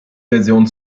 version